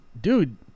dude